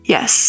Yes